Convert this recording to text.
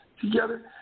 together